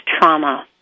trauma